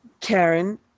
Karen